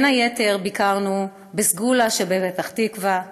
בין היתר ביקרנו בסגולה שבפתח תקווה,